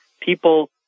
people